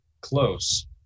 Close